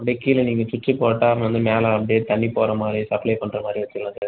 அப்படியே கீழே நீங்கள் சுவிட்ச்சை போட்டால் வந்து மேலே அப்படியா தண்ணி போகிற மாதிரி சப்ளே பண்ணுற மாதிரி வச்சுடலாம் சார்